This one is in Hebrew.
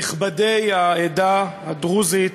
נכבדי העדה הדרוזית,